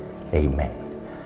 Amen